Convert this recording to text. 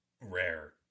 rare